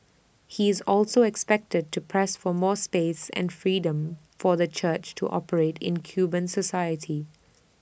he is also expected to press for more space and freedom for the church to operate in Cuban society